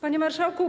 Panie Marszałku!